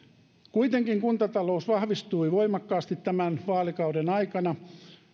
kuitenkin kuntatalous vahvistui voimakkaasti tämän vaalikauden aikana